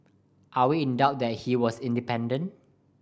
are we in doubt that he was independent